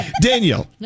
Daniel